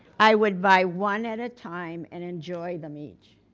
i would buy one at a time, and enjoy them each.